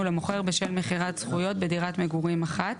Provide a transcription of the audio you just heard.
למוכר בשל מכירת זכויות בדירת מגורים אחת,